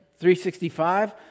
365